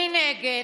ומנגד,